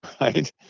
Right